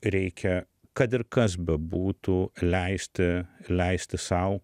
reikia kad ir kas bebūtų leisti leisti sau